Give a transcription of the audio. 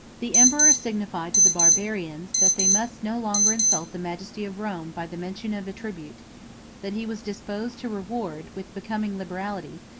the emperor signified to the barbarians, that they must no longer insult the majesty of rome by the mention of a tribute that he was disposed to reward, with becoming liberality,